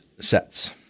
sets